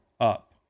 Up